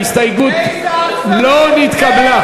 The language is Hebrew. ההסתייגות לא נתקבלה.